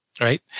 right